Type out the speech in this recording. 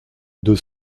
deux